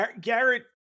Garrett